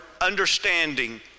understanding